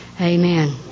amen